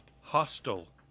Hostel